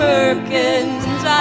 Perkins